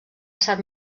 sant